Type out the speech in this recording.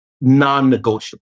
non-negotiable